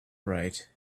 right